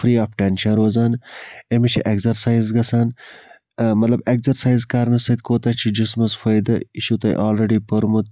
free of tension روزان أمِس چھِ ایٚگسَرسایز گَژھان مَطلَب ایٚگسرسایز کَرنہٕ سۭتۍ کوٗتاہ چھُ جِسمَس فٲیدٕ یہِ چھُو تۄہہِ آلریٚڑی پوٚرمُت